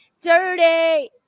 dirty